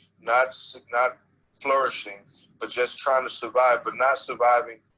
not so not flourishing but just trying to survive. but not surviving